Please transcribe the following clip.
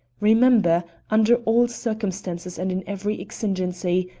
remember, under all circumstances and in every exigency,